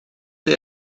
chi